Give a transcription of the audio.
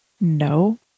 No